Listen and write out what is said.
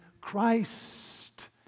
Christ